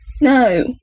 No